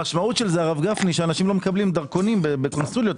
המשמעות של זה שאנשים לא מקבלים דרכונים בקונסוליות.